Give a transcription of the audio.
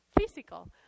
physical